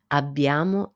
abbiamo